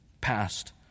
past